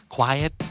Quiet